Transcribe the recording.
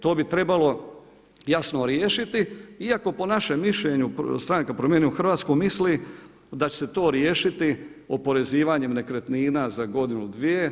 To bi trebalo jasno riješiti iako po našem mišljenju Stranka Promijenimo Hrvatsku misli da će se to riješiti oporezivanje nekretnina za godinu, dvije.